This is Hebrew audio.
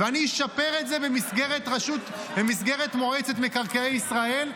ואני אשפר את זה במסגרת מועצת מקרקעי ישראל.